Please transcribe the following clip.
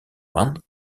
one